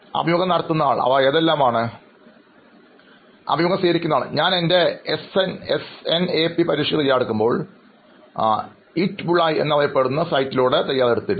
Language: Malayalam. അഭിമുഖം നടത്തുന്നയാൾ അവ ഏതെല്ലാമാണ് അഭിമുഖം സ്വീകരിക്കുന്നയാൾ ഞാൻ എൻറെ SNAPപരീക്ഷയ്ക്ക് തയ്യാറെടുക്കുമ്പോൾ 'ഹിറ്റ്ബുൾഐ'എന്നറിയപ്പെടുന്ന സൈറ്റിലൂടെ ഞാൻ തയ്യാറെടുത്തിരുന്നു